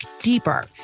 deeper